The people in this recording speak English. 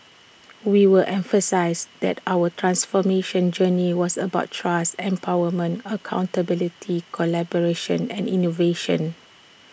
we were emphasised that our transformation journey was about trust empowerment accountability collaboration and innovation